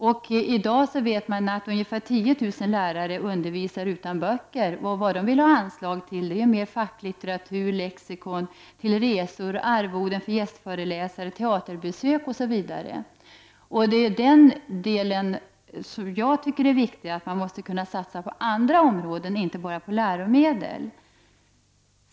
Vi vet att ungefär 10 000 lärare i dag undervisar utan böcker, och de vill ha anslag till mer facklitteratur, lexika, resor, arvoden för gästföreläsare, teaterbesök osv. Jag tycker alltså att det är viktigt med satsningar på andra områden, inte bara på läromedel.